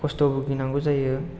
खस्थ' भुगिनांगौ जायो